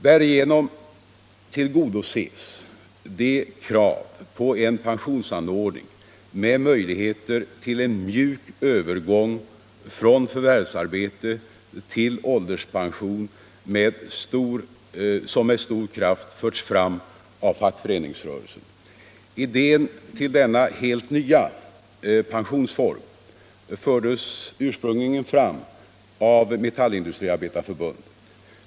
Därigenom tillgodoses de krav på en pensionsanordning med möjligheter till en mjuk övergång från förvärvsarbete till ålderspension som med stor kraft förts fram av fackföreningsrörelsen. Idén till denna helt nya pensionsform fördes ursprungligen fram av Metallindustriarbetareförbundet.